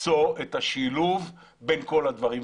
את השילוב בין כל הדברים.